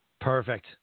Perfect